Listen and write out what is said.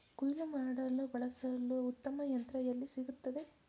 ಕುಯ್ಲು ಮಾಡಲು ಬಳಸಲು ಉತ್ತಮ ಯಂತ್ರ ಎಲ್ಲಿ ಸಿಗುತ್ತದೆ?